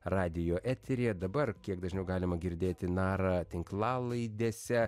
radijo eteryje dabar kiek dažniau galima girdėti narą tinklalaidėse